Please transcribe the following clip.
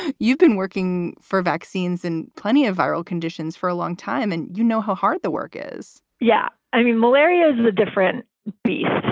you've been working for vaccines in plenty of viral conditions for a long time. and you know how hard the work is yeah, i mean, malaria is and a different beast.